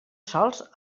sols